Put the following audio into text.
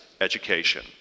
education